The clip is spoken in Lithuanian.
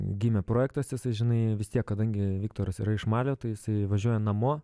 gimė projektas tiesa žinai vis tiek kadangi viktoras yra iš malio tai jisai važiuoja namo